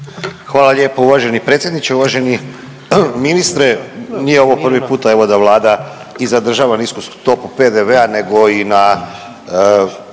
Hvala lijepo uvaženi predsjedniče, uvaženi ministre. Nije ovo prvi puta evo da Vlada i zadržava nisku stopu PDV-a, nego i na